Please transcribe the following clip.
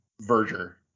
Verger